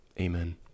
Amen